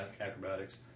acrobatics